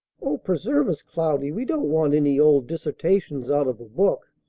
oh, preserve us, cloudy! we don't want any old dissertations out of a book.